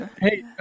Hey